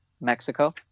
Mexico